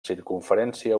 circumferència